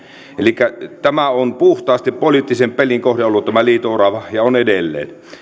elikkä tämä on puhtaasti poliittisen pelin kohde ollut tämä liito orava ja on edelleen